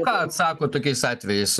ką atsako tokiais atvejais